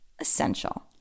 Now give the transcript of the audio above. essential